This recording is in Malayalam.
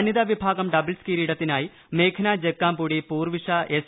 വനിതാ വിഭാഗം ഡബിൾസ് കീരിടത്തിനായി മേഘ്നാ ജക്കാംപുടി പൂർവിഷ എസ്